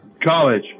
College